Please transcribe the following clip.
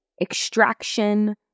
extraction